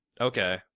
okay